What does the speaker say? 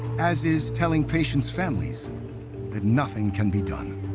as is telling patients' families that nothing can be done.